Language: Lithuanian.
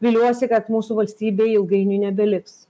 viliuosi kad mūsų valstybėj ilgainiui nebeliks